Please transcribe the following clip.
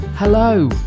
hello